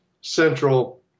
central